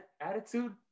Attitude